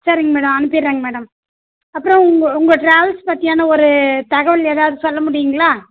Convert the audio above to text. சரிங் மேடம் அனுப்பிறேங்க மேடம் அப்புறம் உங்கள் உங்கள் ட்ராவல்ஸ் பற்றியான ஒரு தகவல் எதாவது சொல்ல முடியுங்களா